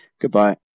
Goodbye